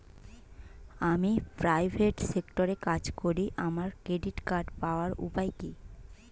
আমি প্রাইভেট সেক্টরে কাজ করি আমার ক্রেডিট কার্ড পাওয়ার উপায় কি?